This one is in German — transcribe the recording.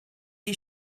die